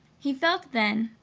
he felt then,